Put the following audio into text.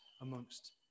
amongst